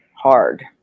hard